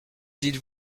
dites